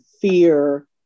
fear